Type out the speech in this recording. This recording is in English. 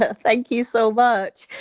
ah thank you so much.